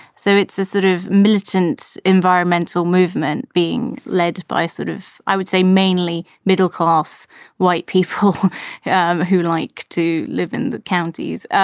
so it's a sort of militant environmental movement being led by a sort of, i would say mainly middle class white people who like to live in the counties.